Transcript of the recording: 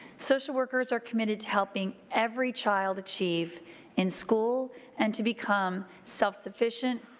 social workers are committed to helping every child achieve in school and to become self-sufficient,